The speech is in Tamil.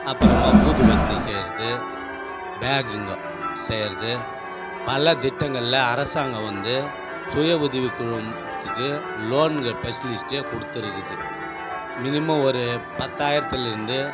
அப்புறமா ஊதுபத்தி செய்கிறது பேகுங்கோ செய்கிறது பல திட்டங்களில் அரசாங்கம் வந்து சுய உதவிக் குழுமத்துக்கு லோன்ங்கள் ஸ்பெஷலிஸ்கிட்ட ககொடுத்துருக்குது மினிமம் ஒரு பத்தாயிரத்திலேருந்து